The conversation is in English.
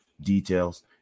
details